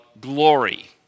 glory